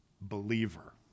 Believer